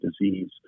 disease